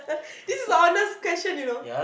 this is honest question you know